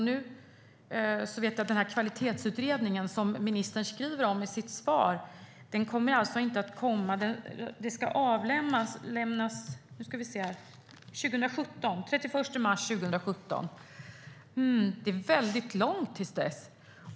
Nu vet jag att ministern i sitt svar talade om en kvalitetsutredning. Förslag ska redovisas senast den 31 mars 2017. Det är väldigt långt till dess.